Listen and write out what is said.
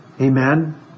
Amen